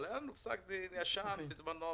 אבל היה פס"ד ישן בזמנו,